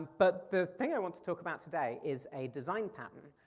but the thing i want to talk about today is a design pattern.